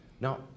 Now